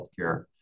healthcare